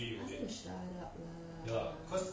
ask him to shut up lah